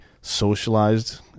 socialized